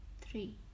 three